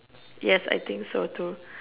yes I think so too